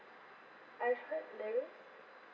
I heard there is